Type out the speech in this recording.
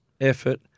effort